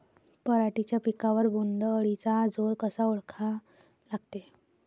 पराटीच्या पिकावर बोण्ड अळीचा जोर कसा ओळखा लागते?